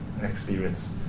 experience